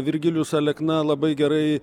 virgilijus alekna labai gerai